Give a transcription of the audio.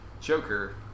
Joker